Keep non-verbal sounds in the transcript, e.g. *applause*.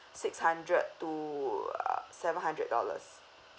*breath* six hundred to uh seven hundred dollars